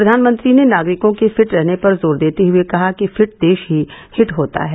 प्रधानमंत्री ने नागरिकों के फिट रहने पर जोर देते हुए कहा कि फिट देश ही हिट होता है